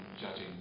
judging